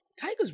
Tiger's